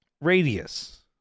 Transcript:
radius